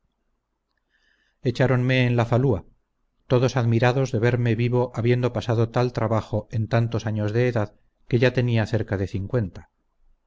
echáronme en la falúa todos admirados de verme vivo habiendo pasado tal trabajo en tantos años de edad que ya tenía cerca de cincuenta